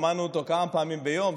שמענו אותו כמה פעמים ביום,